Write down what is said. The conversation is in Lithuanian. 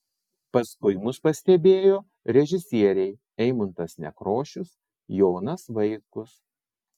paskui mus pastebėjo režisieriai eimuntas nekrošius jonas vaitkus